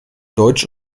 deutsch